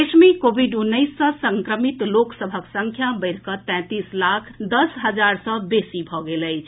देश मे कोविड उन्नैस सँ संक्रमित लोक सभक संख्या बढ़िकऽ तैंतीस लाख दस हजार सँ बेसी भऽ गेल अछि